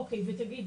אוקיי ותגיד,